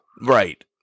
Right